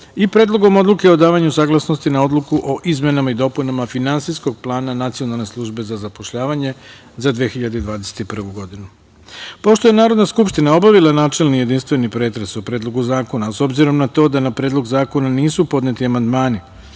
i Predlogom odluke o davanju saglasnosti na Odluku o izmenama i dopunama Finansijskog plana Nacionalne službe za zapošljavanje za 2021. godinu. Pošto je Narodna skupština obavila načelni i jedinstveni pretres o Predlogu zakona, a s obzirom na to da na Predlog zakona nisu podneti amandmani,